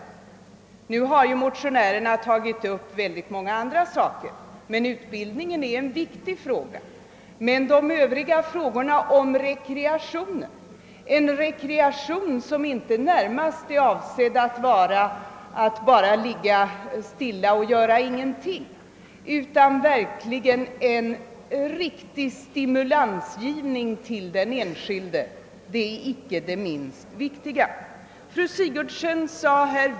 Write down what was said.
Motionärerna har tagit upp många andra saker, men utbildningen är en viktig fråga. Rekreationen, som inte närmast innebär att bara ligga stilla och göra ingenting utan skall vara en riktig stimulansgivning till den enskilde, är inte det minst viktiga.